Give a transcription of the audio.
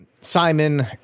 Simon